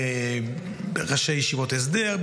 ראשי ישיבות הסדר,